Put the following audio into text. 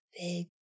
big